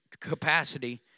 capacity